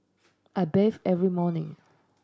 I bathe every morning